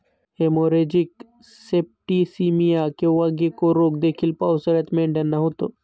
haemorrhagic septicaemia किंवा गेको रोग देखील पावसाळ्यात मेंढ्यांना होतो